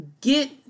get